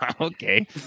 okay